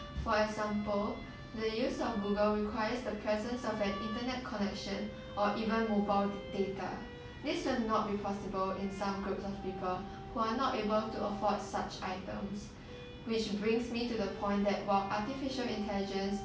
for example the use of Google requires the presence of an internet connection or even mobile data this will not be possible in some group of people who are not able to afford such items which brings me to the point that while artificial intelligence